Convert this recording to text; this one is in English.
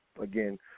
again